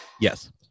Yes